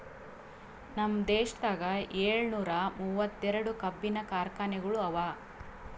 ನಮ್ ದೇಶದಾಗ್ ಏಳನೂರ ಮೂವತ್ತೆರಡು ಕಬ್ಬಿನ ಕಾರ್ಖಾನೆಗೊಳ್ ಅವಾ